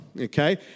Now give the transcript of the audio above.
okay